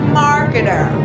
marketer